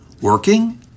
working